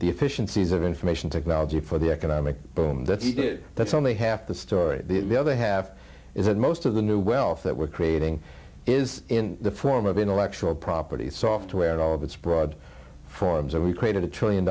efficiencies of information technology for the economic boom that he did that's only half the story the the other half is that most of the new wealth that we're creating is in the form of intellectual property software in all of its broad forms and we created a trillion